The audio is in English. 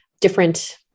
different